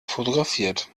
fotografiert